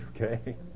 Okay